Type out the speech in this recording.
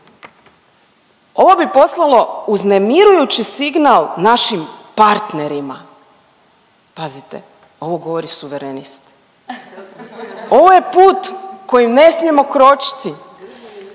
Ovo bi poslalo uznemirujući signal našim partnerima, pazite, ovo govori suverenist, ovo je put kojim ne smijemo kročiti,